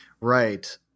Right